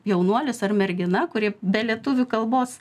jaunuolis ar mergina kuri be lietuvių kalbos